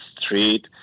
street